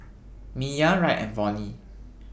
Miah Wright and Vonnie